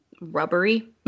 rubbery